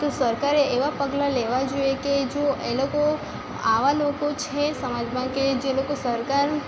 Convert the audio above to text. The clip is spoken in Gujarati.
તો સરકારે એવા પગલાં લેવાં જોઈએ કે જો એ લોકો આવા લોકો છે સમાજમાં કે જે લોકો સરકાર